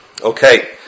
Okay